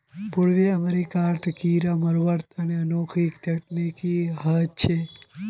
पूर्वी अमेरिकात कीरा मरवार अनोखी तकनीक ह छेक